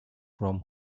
from